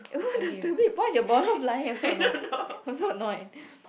oh does the B why the ball not flying so annoyed I'm so annoyed